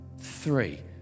three